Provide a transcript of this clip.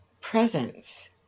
presence